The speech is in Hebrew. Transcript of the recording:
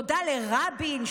ותודה לרבין,